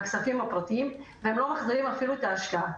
הם נבנים מכספים פרטיים והם לא מחזיקים אפילו את ההשקעה.